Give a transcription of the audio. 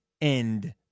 end